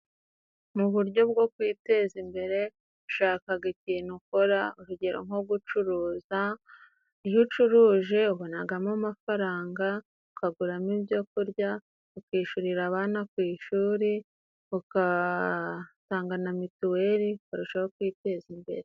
Mu buryo bwo kwiteza imbere ushaka ikintu ukora; urugero nko gucuruza iyo ucuruje ubonamo amafaranga, ukaguramo ibyo kurya, ukishyurira abana ku ishuri, ugatanga na mituweli, ukarushaho kwiteza imbere.